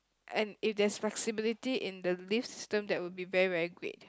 and if there is flexibility in the leave system that would be very very great